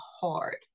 hard